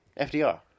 FDR